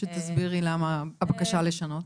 תסבירי למה הבקשה לשנות.